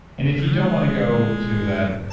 and if you don't want to go to that,